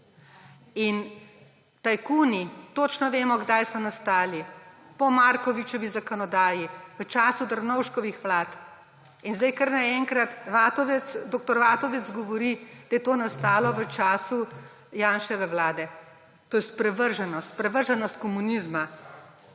Tajkuni, točno vemo, kdaj so nastali ‒ po Markovičevi zakonodaji, v času Drnovškovih vlad. In zdaj kar naenkrat dr. Vatovec govori, da je to nastalo v času Janševe vlade. To je sprevrženost komunizma.